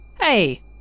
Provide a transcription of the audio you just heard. Hey